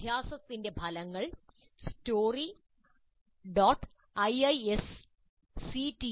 അഭ്യാസത്തിന്റെ ഫലങ്ങൾ story